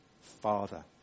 father